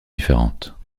différentes